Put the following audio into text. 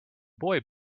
boy